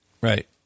Right